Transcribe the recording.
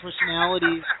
personalities